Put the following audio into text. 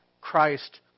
Christ